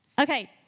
Okay